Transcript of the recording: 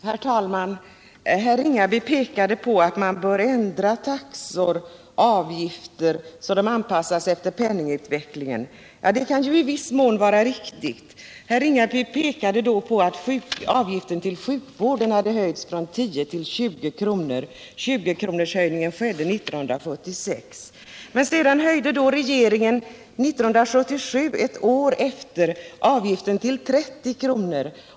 Herr talman! Herr Ringaby pekade på att man bör ändra taxor och avgifter så att de anpassas efter penningvärdesutvecklingen. Ja, det kan ju i viss mån vara riktigt. Herr Ringaby pekade då på att avgiften till sjukvården hade höjts från 10 kr. till 20 kr. år 1976. Men ett år senare höjde regeringen avgiften till 30 kr.